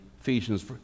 Ephesians